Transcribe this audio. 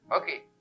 okay